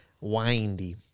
Windy